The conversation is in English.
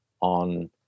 on